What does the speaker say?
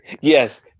Yes